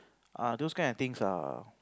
ah those kind of things are